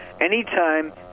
anytime